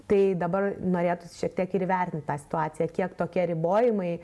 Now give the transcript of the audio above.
tai dabar norėtųsi šiek tiek ir vertinti tą situaciją kiek tokie ribojimai